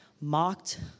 mocked